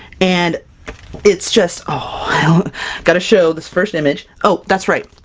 and it's just oh, i gotta show this first image oh that's right!